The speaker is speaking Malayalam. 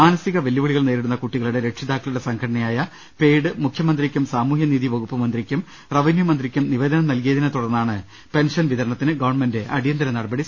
മാനസിക വെല്ലുവിളി കൾ നേരിടുന്ന കുട്ടികളുടെ രക്ഷിതാക്കളുടെ സംഘടനയായ പെയ്ഡ് മുഖ്യമ ന്ത്രിക്കും സാമൂഹ്യനീതി വകുപ്പ് മന്ത്രിക്കും റവന്യൂ മന്ത്രിക്കും നിവേദനം നൽകി യതിനെ തുടർന്നാണ് പെൻഷൻ വിതരണത്തിന് ഗവൺമെന്റ് അടിയന്തര നടപടി സ്വീകരിച്ചത്